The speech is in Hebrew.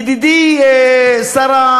ידידי שר,